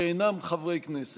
שאינם חברי כנסת.